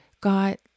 got